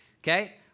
okay